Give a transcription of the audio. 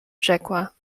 rzekła